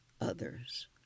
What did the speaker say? others